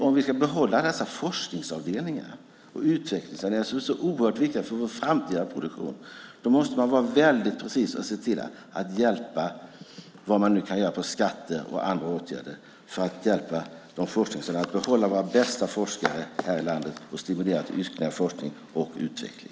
Om vi ska behålla dessa forskningsavdelningar och utvecklingsavdelningar som är så oerhört viktiga för vår framtida produktion måste man vara väldigt precis. Man måste se till att hjälpa med vad man nu kan göra med skatter och andra åtgärder. Det handlar om att hjälpa våra forskningsavdelningar att behålla våra bästa forskare här i landet och stimulera till ytterligare forskning och utveckling.